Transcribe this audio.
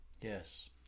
Yes